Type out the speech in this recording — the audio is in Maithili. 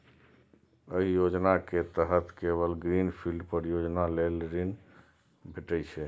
एहि योजना के तहत केवल ग्रीन फील्ड परियोजना लेल ऋण भेटै छै